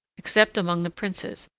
except among the princes,